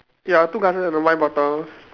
ya two glasses and a wine bottle